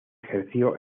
ejerció